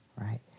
right